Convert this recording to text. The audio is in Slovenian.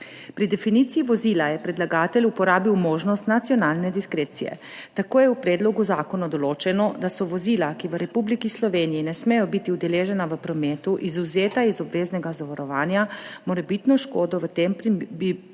Pri definiciji vozila je predlagatelj uporabil možnost nacionalne diskrecije. Tako je v predlogu zakona določeno, da so vozila, ki v Republiki Sloveniji ne smejo biti udeležena v prometu, izvzeta iz obveznega zavarovanja, morebitno škodo bi v tem primeru